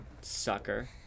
Sucker